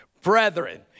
Brethren